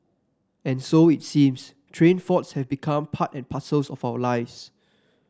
and so it seems train faults have become part and parcels of our lives